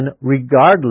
regardless